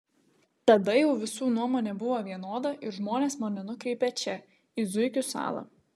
tada jau visų nuomonė buvo vienoda ir žmonės mane nukreipė čia į zuikių salą